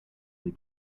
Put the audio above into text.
the